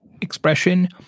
expression